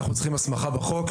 אנחנו צריכים הסמכה בחוק.